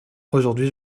aujourd’hui